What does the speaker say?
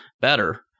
better –